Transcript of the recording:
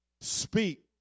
speak